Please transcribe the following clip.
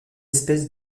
espèce